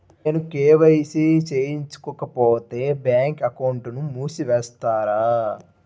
నేను కే.వై.సి చేయించుకోకపోతే బ్యాంక్ అకౌంట్ను మూసివేస్తారా?